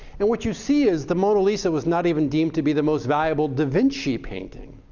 and what you see is the mona lisa was not even deemed to be the most valuable da vinci painting.